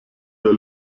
der